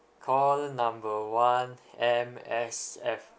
call number one M_S_F